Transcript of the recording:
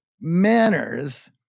manners